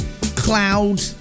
cloud